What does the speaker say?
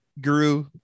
Guru